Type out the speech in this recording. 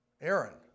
Aaron